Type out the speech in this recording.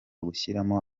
gushyiramo